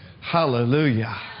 Hallelujah